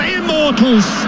immortals